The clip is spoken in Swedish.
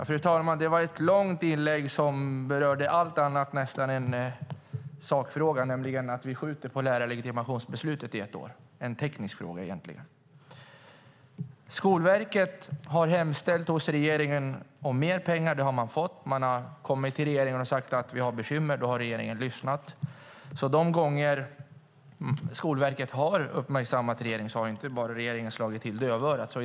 Fru talman! Det var ett långt inlägg som berörde nästan allt annat än sakfrågan, nämligen att vi skjuter fram beslutet om lärarlegitimationen ett år. Det är egentligen en teknisk fråga. Skolverket har hemställt hos regeringen om mer pengar. Det har man fått. Man har kommit till regeringen och sagt att man har bekymmer. Då har regeringen lyssnat. De gånger som Skolverket har uppmärksammat regeringen har regeringen inte slagit dövörat till.